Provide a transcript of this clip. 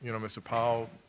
you know mr. powell,